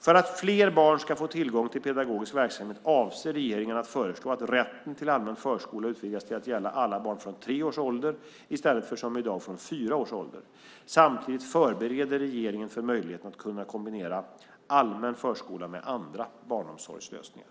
För att fler barn ska få tillgång till pedagogisk verksamhet avser regeringen att föreslå att rätten till allmän förskola utvidgas till att gälla alla barn från tre års ålder, i stället för som i dag från fyra års ålder. Samtidigt förbereder regeringen för möjligheten att kombinera allmän förskola med andra barnomsorgslösningar.